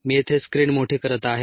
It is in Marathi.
मी येथे स्क्रीन मोठी करत आहे